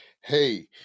Hey